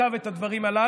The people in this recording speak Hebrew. שכתב את הדברים הללו.